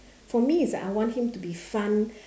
for me it's I want him to be fun